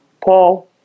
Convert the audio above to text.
Paul